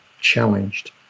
challenged